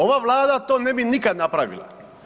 Ova vlada to ne bi nikad napravila.